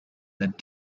that